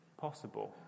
possible